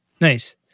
Nice